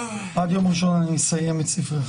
הישיבה ננעלה בשעה